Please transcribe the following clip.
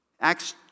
Acts